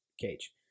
cage